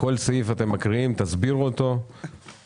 תקריאו כל סעיף, תסבירו אותו ונתקדם.